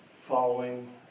Following